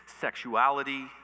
sexuality